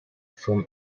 from